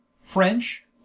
French